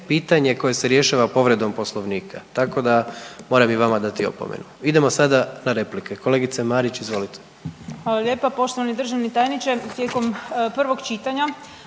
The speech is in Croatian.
pitanje koje se rješava povredom Poslovnika. Tako da moram i vama dati opomenu. Idemo sada na replike. Kolegice Marić, izvolite. **Marić, Andreja (SDP)** Hvala lijepa. Poštovani državni tajniče, tijekom prvog čitanja